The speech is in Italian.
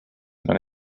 non